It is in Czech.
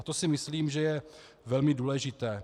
To si myslím, že je velmi důležité.